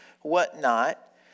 whatnot